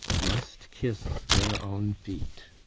must kiss their own feet.